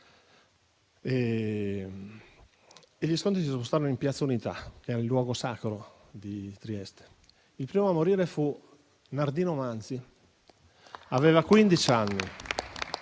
Gli scontri si spostarono in piazza Unità, che era il luogo sacro di Trieste. Il primo a morire fu Nardino Manzi: